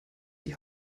die